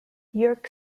york